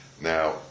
Now